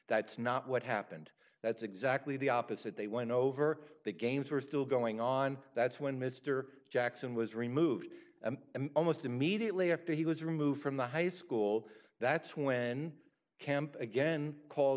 that's not what happened that's exactly the opposite they went over the games were still going on that's when mr jackson was removed and almost immediately after he was removed from the high school that's when camp again called